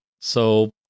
So-